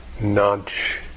nudge